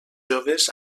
joves